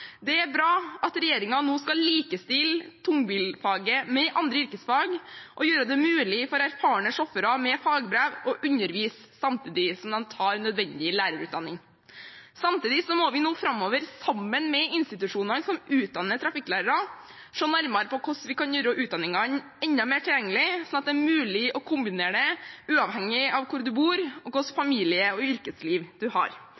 Det er bra at regjeringen nå skal likestille tungbilfaget med andre yrkesfag og gjøre det mulig for erfarne sjåfører med fagbrev å undervise samtidig som de tar nødvendig lærerutdanning. Samtidig må vi nå framover, sammen med institusjonene som utdanner trafikklærere, se nærmere på hvordan vi kan gjøre utdanningene enda mer tilgjengelige, sånn at det er mulig å kombinere dette uavhengig av hvor man bor, og hvilket familie- og yrkesliv man har.